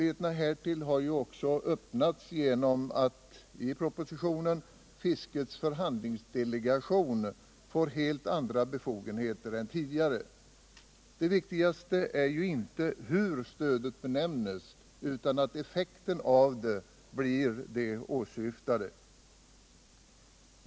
a. har möjligheter skapats genom att fiskets förhandlingsdelegation enligt propositionen får helt andra befogenheter än tidigare. Det viktigaste är ju inte hur stödet benämns utan att effekten av det blir den åsyftade.